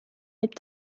with